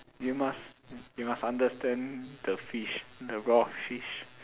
you must you must understand the fish the raw fish